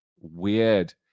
Weird